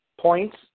points